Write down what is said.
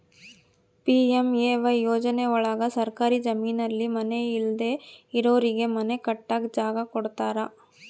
PMAY ಯೋಜನೆ ಒಳಗ ಸರ್ಕಾರಿ ಜಮೀನಲ್ಲಿ ಮನೆ ಇಲ್ದೆ ಇರೋರಿಗೆ ಮನೆ ಕಟ್ಟಕ್ ಜಾಗ ಕೊಡ್ತಾರ